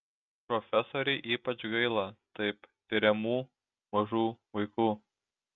profesorei ypač gaila taip tiriamų mažų vaikų